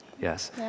Yes